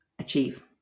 achieve